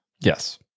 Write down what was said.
Yes